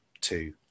two